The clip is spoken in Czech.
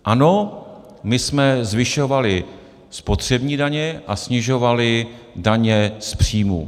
Ano, my jsme zvyšovali spotřební daně a snižovali daně z příjmů.